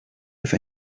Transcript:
have